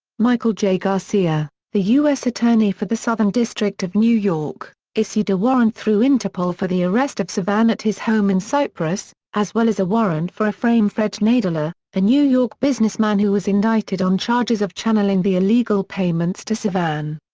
michael j. garcia, the u s. attorney for the southern district of new york, issued a warrant through interpol for the arrest of sevan at his home in cyprus, as well as a warrant for efraim fred nadler, a new york businessman who was indicted on charges of channelling the illegal payments to sevan.